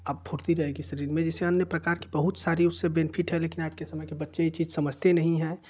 आप फुर्ती रहेगी शरीर में जैसे अन्य प्रकार की बहुत सारी उससे बेनिफिट है लेकिन आज के समय के बच्चे ये चीज़ समझते नहीं हैं